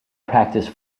practise